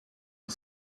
the